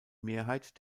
mehrheit